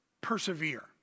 persevere